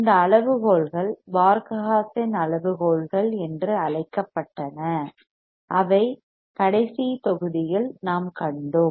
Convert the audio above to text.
இந்த அளவுகோல்கள் பார்க ha சென் அளவுகோல்கள் என்று அழைக்கப்பட்டன அவை கடைசி அத்தியாயத்தில் நாம் கண்டோம்